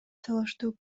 талаштуу